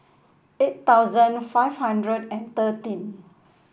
eight thousand five hundred and thirteen